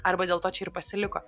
arba dėl to čia ir pasiliko